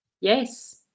Yes